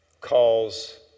calls